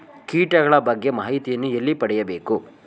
ಕೀಟಗಳ ಬಗ್ಗೆ ಮಾಹಿತಿಯನ್ನು ಎಲ್ಲಿ ಪಡೆಯಬೇಕು?